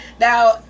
Now